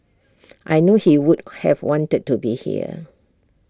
I know he would have wanted to be here